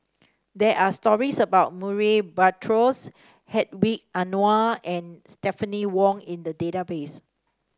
there are stories about Murray Buttrose Hedwig Anuar and Stephanie Wong in the database